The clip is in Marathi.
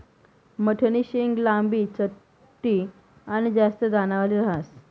मठनी शेंग लांबी, चपटी आनी जास्त दानावाली ह्रास